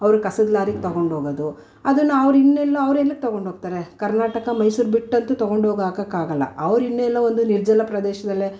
ಅವರು ಕಸದ ಲಾರಿಗೆ ತಗೊಂಡ್ಹೋಗೋದು ಅದನ್ನು ಅವ್ರು ಇನ್ನೆಲ್ಲೋ ಅವ್ರು ಎಲ್ಲಿಗೆ ತಗೊಂಡ್ಹೋಗ್ತಾರೆ ಕರ್ನಾಟಕ ಮೈಸೂರು ಬಿಟ್ಟಂತೂ ತಗೊಂಡ್ಹೋಗಿ ಹಾಕೋಕ್ಕಾಗಲ್ಲ ಅವ್ರು ಇನ್ನೆಲ್ಲೋ ಒಂದು ನಿರ್ಜನ ಪ್ರದೇಶದಲ್ಲೇ